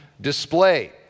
display